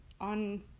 on